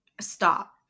Stop